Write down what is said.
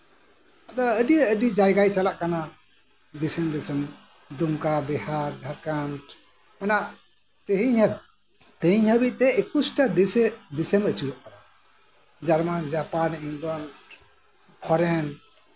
ᱟᱹᱰᱤ ᱟᱹᱰᱤ ᱡᱟᱭᱜᱟᱭ ᱪᱟᱞᱟᱜ ᱠᱟᱱᱟ ᱫᱤᱥᱚᱢ ᱫᱤᱥᱚᱢ ᱫᱩᱢᱠᱟ ᱵᱤᱦᱟᱨ ᱡᱷᱟᱠᱷᱚᱱᱰ ᱢᱟᱱᱮ ᱛᱮᱦᱤᱧ ᱦᱟᱹᱵᱤᱡ ᱛᱮᱦᱤᱧ ᱦᱟᱹᱵᱤᱡᱛᱮ ᱮᱠᱩᱥᱴᱟ ᱫᱤᱥᱚᱢᱮ ᱟᱹᱪᱩᱨᱚᱜᱼᱟ ᱡᱟᱨᱢᱟᱱ ᱡᱟᱯᱟᱱ ᱤᱝᱞᱚᱱᱰ ᱯᱷᱚᱨᱮᱱ